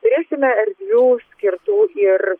turėsime erdvių skirtų ir